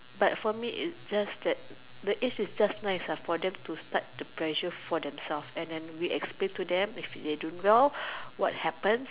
but for me is just that the age is just nice for them to start the pressure for themself and then we explain to them if they didn't do well what will happen